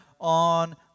on